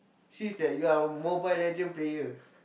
since that you are a Mobile-Legend player